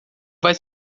vai